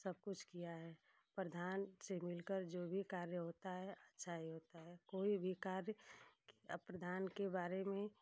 सब कुछ किया है प्रधान से मिलकर जो भी कार्य होता है अच्छा ही होता है कोई भी कार्य प्रधान के बारे में